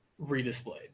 redisplayed